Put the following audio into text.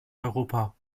europa